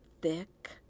thick